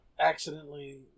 accidentally